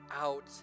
out